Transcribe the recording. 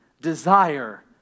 desire